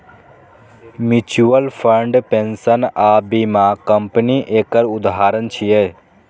mutual fund, pension आ बीमा company एकर उदाहरण छियै